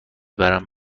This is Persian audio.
برم